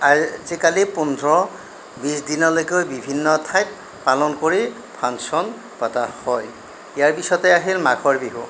আজিকালি পোন্ধৰ বিছ দিনলৈকেও বিভিন্ন ঠাইত পালন কৰি ফাংচন পতা হয় ইয়াৰ পিছতে আহিল মাঘৰ বিহু